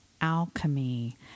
Alchemy